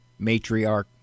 matriarch